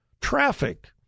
traffic